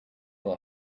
will